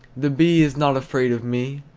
the bee is not afraid of me,